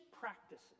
practices